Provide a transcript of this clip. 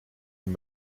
een